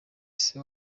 ese